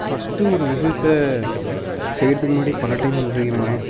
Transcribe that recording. first ஒரு விஷயத்த செய்கிறதுக்கு முன்னாடி பல டைம் யோசிக்கணுங்க